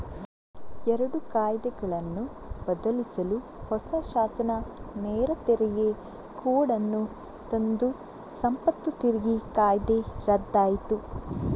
ಎರಡು ಕಾಯಿದೆಗಳನ್ನು ಬದಲಿಸಲು ಹೊಸ ಶಾಸನ ನೇರ ತೆರಿಗೆ ಕೋಡ್ ಅನ್ನು ತಂದು ಸಂಪತ್ತು ತೆರಿಗೆ ಕಾಯ್ದೆ ರದ್ದಾಯ್ತು